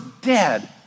dead